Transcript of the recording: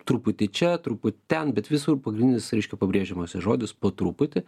truputį čia truputį ten bet visur pagrindinis reiškia pabrėžiamasis žodis po truputį